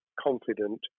confident